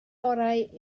orau